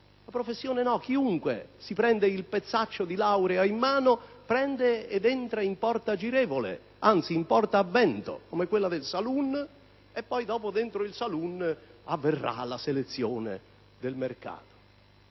settore. Qui no. Chiunque ha il pezzaccio di laurea in mano, prende ed entra in porta girevole, anzi, in porta a vento, come quella del *saloon* e poi, dopo, dentro il *saloon* avverrà la selezione del mercato.